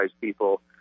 people